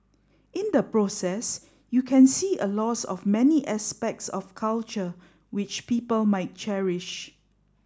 in the process you can see a loss of many aspects of culture which people might cherish